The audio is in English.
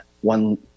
One